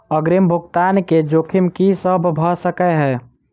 अग्रिम भुगतान केँ जोखिम की सब भऽ सकै हय?